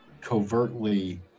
covertly